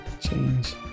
change